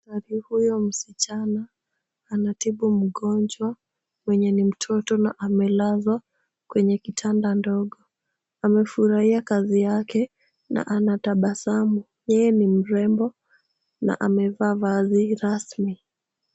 Daktari huyo msichana anatibu mgonjwa mwenye ni mtoto na amelazwa kwenye kitanda ndogo. Amefurahia kazi yake na anatabasamu. Yeye ni mrembo na amevaa vazi rasmi.